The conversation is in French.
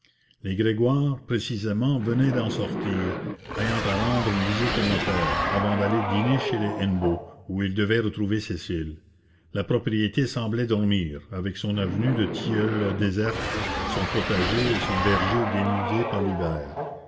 les grégoire précisément venaient d'en sortir ayant à rendre une visite au notaire avant d'aller dîner chez les hennebeau où ils devaient retrouver cécile la propriété semblait dormir avec son avenue de tilleuls déserte son potager et son verger dénudés par l'hiver